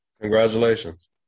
Congratulations